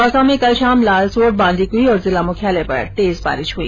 दौसा में कल शाम लालसोट बांदीकुई और जिला मुख्यालय पर तेज बारिश हुई